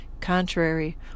contrary